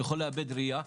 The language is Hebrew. יכול לאבד ראייה,